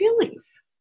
feelings